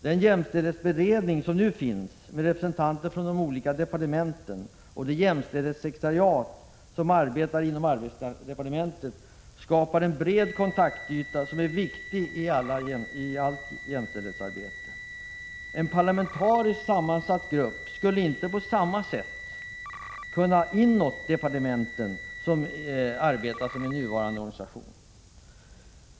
Den jämställdhetsberedning som nu finns med representanter från olika departement och det jämställdhetssekretariat som arbetar inom arbetsmarknadsdepartementet skapar en bred kontaktyta, som är viktig i allt jämställdhetsarbete. En parlamentariskt sammansatt grupp skulle inte på samma sätt kunna arbeta inåt departementen som i nuvarande organisation.